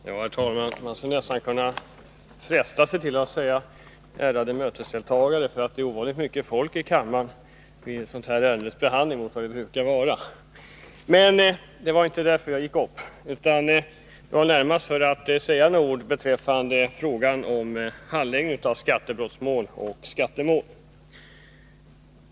Herr talman! Man skulle nästan kunna frestas att säga ärade mötesdeltagare, eftersom det är ovanligt mycket mer folk i kammaren än det brukar vara vid sådana här ärendens behandling. Men det var inte därför som jag gick upp i talarstolen utan närmast för att säga några ord beträffande frågan om handläggningen av skattebrottmål och skattemål.